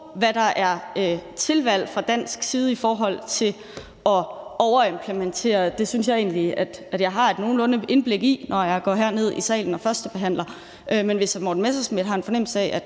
hvad der er tilvalg fra dansk side i forhold til at overimplementere. Det synes jeg egentlig jeg har et nogenlunde indblik i, når jeg går herned i salen og førstebehandler. Men hvis hr. Morten Messerschmidt har en fornemmelse af,